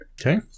Okay